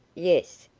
yes.